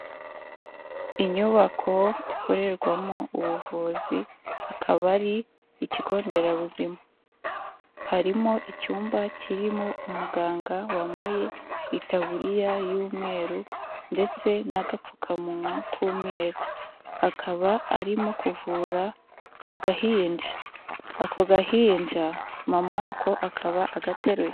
Inyubako ikorerwamo ubuvuzi hakaba ari ikigo nderabuzima. Harimo icyumba kirimo umuganga wambaye itaburiya y'umweru ndetse n'agapfukamunwa k'umweru, akaba arimo kuvura agahinja. Ako gahinja mama wako akaba agateruye.